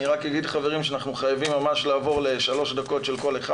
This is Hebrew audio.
אני רק אגיד חברים שאנחנו חייבים לעבור לשלוש דקות של כל אחד,